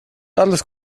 alles